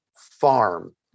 farm